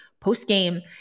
post-game